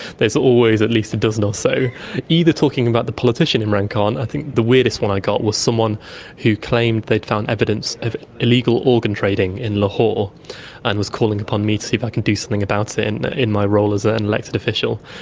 there's always at least a dozen or so either talking about the politician imran khan, i think the weirdest one i got was someone who claimed they'd found evidence of illegal organ trading in lahore and was calling upon me to see if i could do something about it in in my role as ah an elected official.